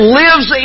lives